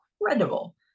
incredible